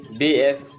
bf